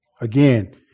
again